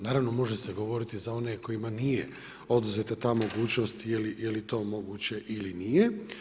Naravno, može se govoriti za one kojima nije oduzeta ta mogućnost je li to moguće ili nije.